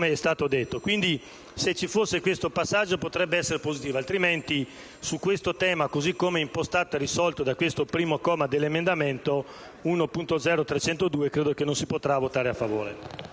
stato detto. Se ci fosse questo passaggio, potrebbe essere positivo. In caso contrario, su questo tema, così come impostato e risolto dal primo comma dell'emendamento 1.0.302, credo che non si potrà votare a favore.